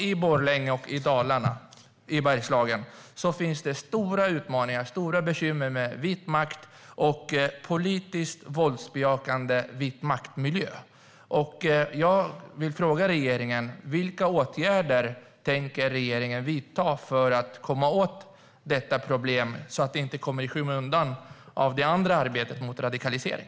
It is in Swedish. I Borlänge i Dalarna finns stora utmaningar och bekymmer med vit makt och politiskt våldsbejakande vitmaktmiljö. Vilka åtgärder tänker regeringen vidta för att komma åt detta problem? Det får ju inte komma i skymundan av det andra arbetet mot radikalisering.